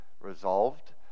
resolved